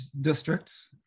districts